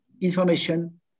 information